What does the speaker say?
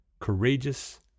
courageous